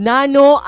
Nano